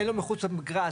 אין לו מחוץ למגרש,